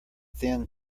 thin